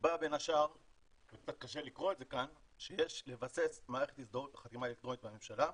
נקבע בין השאר שיש לבסס מערכת הזדהות בחתימה אלקטרונית בממשלה,